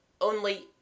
only